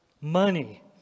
money